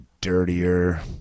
dirtier